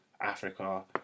Africa